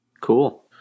cool